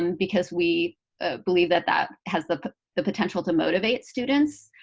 um because we believe that that has the the potential to motivate students.